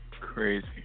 Crazy